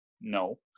No